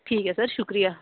ठीक ऐ सर शुक्रिया